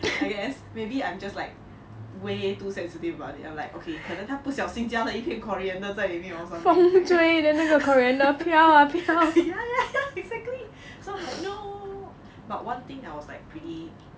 I guess maybe I'm just like way to sensitive about it I am like okay 他可能不小心加了一片 coriander 在里面 or something ya ya ya exactly then I'm like no but one thing I was pretty